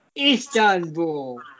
Istanbul